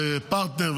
פרטנר,